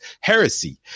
heresy